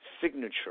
signature